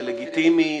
זה לגיטימי,